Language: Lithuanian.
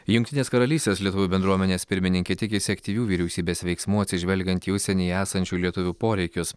jungtinės karalystės lietuvių bendruomenės pirmininkė tikisi aktyvių vyriausybės veiksmų atsižvelgiant į užsienyje esančių lietuvių poreikius